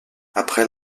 après